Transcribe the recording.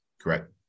Correct